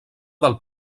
del